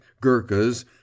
Gurkhas